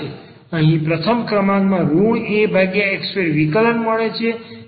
અહી પ્રથમ ક્રમાંકમાં Ax2 વિકલન મળે છે